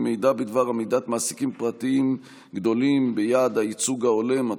מידע בדבר עמידת מעסיקים פרטיים גדולים ביעד הייצוג ההולם),